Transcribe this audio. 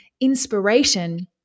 inspiration